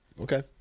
Okay